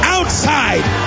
Outside